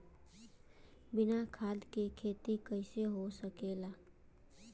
बिना खाद के खेती कइसे हो सकेला?